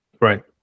Right